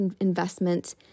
investment